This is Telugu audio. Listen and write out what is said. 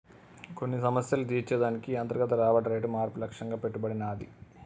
కొన్ని సమస్యలు తీర్చే దానికి ఈ అంతర్గత రాబడి రేటు మార్పు లక్ష్యంగా పెట్టబడినాది